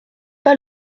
pas